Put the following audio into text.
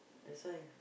that's why